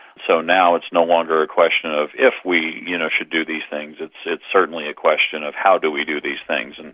so now it's no longer a question of if we you know should do these things, it's it's certainly a question of how do we do these things. and